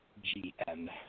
G-N